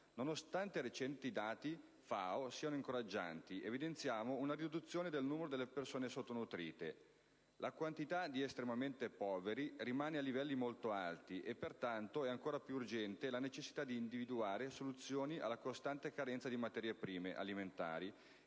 nonostante recenti dati FAO siano incoraggianti (evidenziando una riduzione del numero delle persone sottonutrite), la quantità di «estremamente poveri» rimane a livelli molto alti e pertanto è ancora più urgente la necessità di individuare soluzioni alla costante carenza di materie prime alimentari